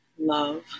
Love